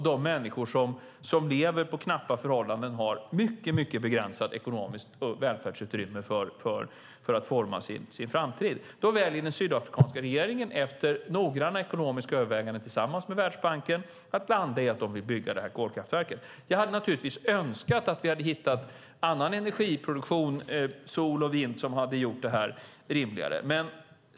De människor som lever under knappa förhållanden har mycket begränsat ekonomiskt välfärdsutrymme för att forma sin framtid. Då väljer den sydafrikanska regeringen efter noggranna ekonomiska överväganden tillsammans med Världsbanken att landa i att man vill bygga detta kolkraftverk. Jag hade givetvis önskat att vi hade hittat annan energiproduktion, sol och vind, som hade gjort detta rimligare.